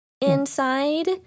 inside